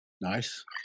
Nice